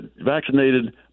vaccinated